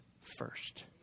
first